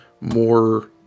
more